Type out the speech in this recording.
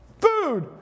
food